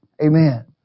Amen